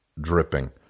dripping